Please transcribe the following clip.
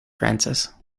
francis